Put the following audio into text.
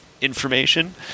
information